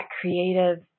creative